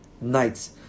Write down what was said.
nights